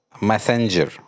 messenger